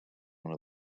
one